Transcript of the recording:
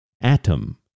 Atom